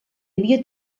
havia